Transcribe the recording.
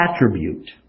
attribute